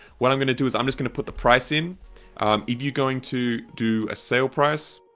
what i'm going to do is i'm just going to put the price in. if you're going to do a sale price,